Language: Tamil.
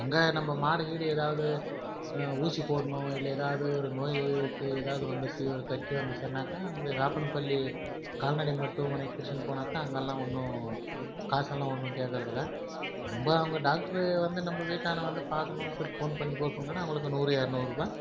அங்கே நம்ப மாடு கீடு ஏதாவது ஊசி போடணும் இல்லை ஏதாவது ஒரு நோயிக்கு எதாவது வந்து ஃபீவர் கட்டி வந்துச்சுனாக்கா அந்த வேப்பன பள்ளி கால் நடை மருத்துவமனைக்கு பிடிச்சின்னு போனாக்கா அங்கெல்லாம் ஒன்றும் காசெல்லாம் ஒன்றும் கேட்குறது இல்லை நம்ப அவங்க டாக்ட்ரு வந்து நம்ப வீட்டாண்டே வந்து பார்க்கணும்னு சொல்லி ஃபோன் பண்ணி சொன்னோம்னால் அவர்களுக்கு நூறு இருநூறு ரூபாய்